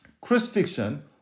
crucifixion